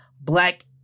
black